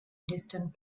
distant